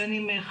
בין אם חנות,